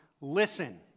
listen